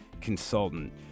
consultant